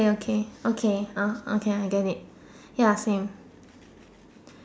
okay okay ah okay I get it ya same